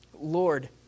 Lord